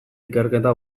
ikerketa